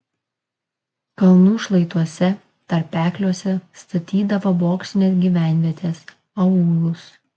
kalnų šlaituose tarpekliuose statydavo bokštines gyvenvietes aūlus